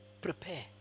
Prepare